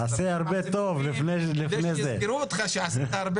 תעשה הרבה טוב כדי שיזכרו אותך שעשית הרבה